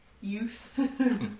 youth